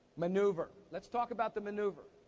maneuver. let's talk about the maneuver.